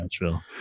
Nashville